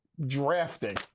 drafting